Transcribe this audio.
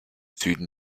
süden